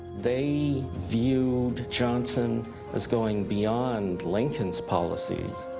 they viewed johnson as going beyond lincoln's policies.